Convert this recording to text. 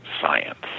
science